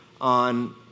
on